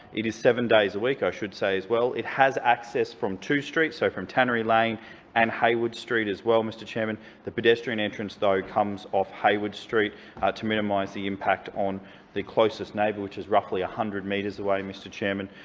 it is seven days a week, i should say as well. it has access from two streets, so from tannery lane and hayward street, as well, mr chairman. the pedestrian entrance, though, comes off hayward street to minimise the impact on the closest neighbour, which is roughly one hundred metres away, mr chairman.